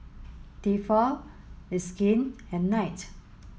Tefal it's skin and knight